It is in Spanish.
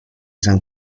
san